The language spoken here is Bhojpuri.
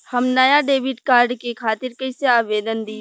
हम नया डेबिट कार्ड के खातिर कइसे आवेदन दीं?